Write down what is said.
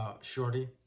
shorty